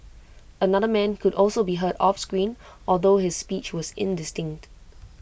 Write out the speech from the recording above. another man could also be heard off screen although his speech was indistinct